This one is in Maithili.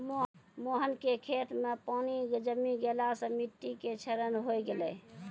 मोहन के खेतो मॅ पानी जमी गेला सॅ मिट्टी के क्षरण होय गेलै